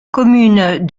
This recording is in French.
commune